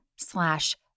slash